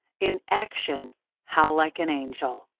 in action how like an angel!